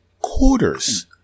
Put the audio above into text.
quarters